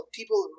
people